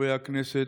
חברי הכנסת,